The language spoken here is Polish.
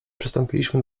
przystąpiliśmy